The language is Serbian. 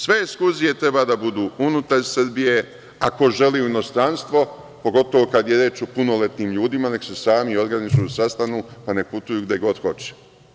Sve ekskurzije treba da budu unutar Srbije, a ko želi u inostranstvo, pogotovo kad je reč o punoletnim ljudima, treba da se sami organizuju i sastanu, pa nek putuju gde god hoće.